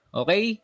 okay